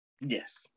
Yes